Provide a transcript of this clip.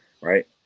Right